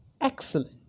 Excellent